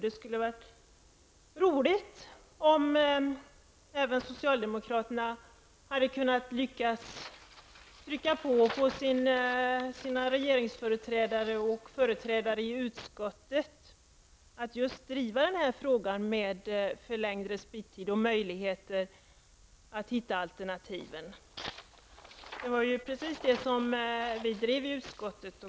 Det skulle ha varit roligt om även socialdemokraterna lyckats trycka på och få sina regeringsföreträdare och sina företrädare i utskottet att driva frågan om förlängd respittid och möjligheter att hitta alternativen. Det var precis detta vi drev i utskottet.